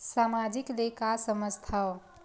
सामाजिक ले का समझ थाव?